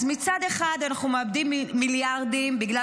אז מצד אחד אנחנו מאבדים מיליארדים בגלל